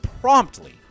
promptly